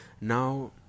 now